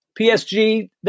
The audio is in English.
PSG